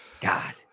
God